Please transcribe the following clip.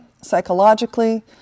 psychologically